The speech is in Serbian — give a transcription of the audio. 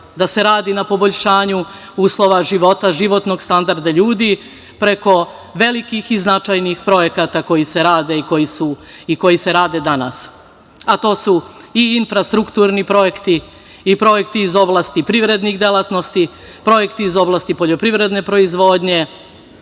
da se radi na poboljšanju uslova života, životnog standarda ljudi preko velikih i značajnih projekata koji se rade i koji se rade danas. To su i infrastrukturni projekti, projekti iz oblasti privrednih delatnosti, projekti iz oblasti poljoprivredne proizvodnje,